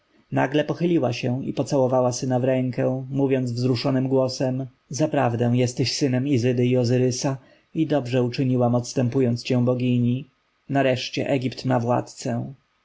nagle pochyliła się i pocałowała syna w rękę mówiąc wzruszonym głosem zaprawdę jesteś synem izydy i ozyrysa i dobrze uczyniłam odstępując cię bogini nareszcie egipt ma władcę